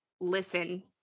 listen